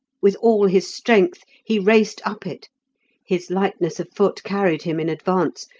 with all his strength he raced up it his lightness of foot carried him in advance,